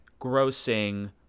grossing